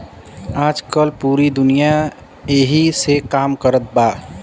आजकल पूरी दुनिया ऐही से काम कारत बा